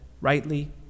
rightly